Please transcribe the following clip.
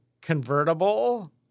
convertible